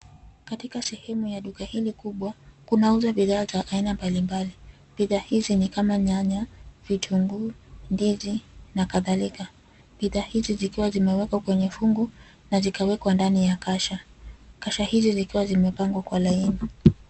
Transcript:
Katika sehemu ya duka hili kubwa, kunauza bidhaa za aina mbalimbali. Bidhaa hizi ni kama nyanya, vitunguu, ndizi, na kadhalika. Bidhaa hizi zikiwa zimewekwa kwenye fungu, na zikawekwa ndani ya kasha. Kasha hizi zikiwa zimepangwa kwa laini.